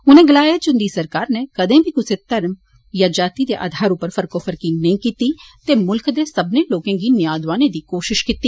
उनें गलाया जे उंदी सरकार नै कदें बी कुसै कन्नै धर्म जां जाति दे आधार उप्पर फरको फरकी नेई कीती ते मुल्ख दे सब्बनें लोकें गी न्यां दोआने दी कोशश कीती